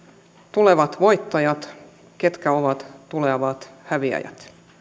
tulevat voittajat ketkä ovat tulevat häviäjät